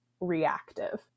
reactive